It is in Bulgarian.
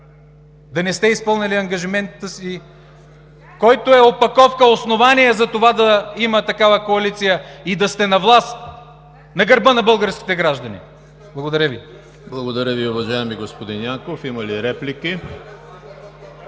да не сте изпълнили ангажимента си, който е опаковка, основание за това да има такава коалиция и да сте на власт, на гърба на българските граждани. Благодаря Ви. ПРЕДСЕДАТЕЛ ЕМИЛ ХРИСТОВ: Благодаря Ви, уважаеми господин Янков. Има ли реплики?